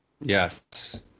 Yes